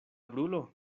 brulo